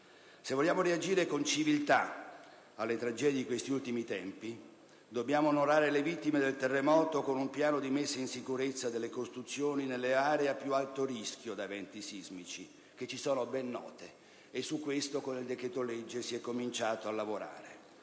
se vogliamo reagire con civiltà alle tragedie di questi ultimi tempi, dobbiamo onorare le vittime del terremoto con un piano di messa in sicurezza delle costruzioni nelle aree a più alto rischio di eventi sismici, che ci sono ben note, e su questo, con il decreto-legge, si è cominciato a lavorare.